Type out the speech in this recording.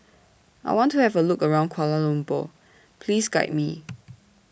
I want to Have A Look around Kuala Lumpur Please Guide Me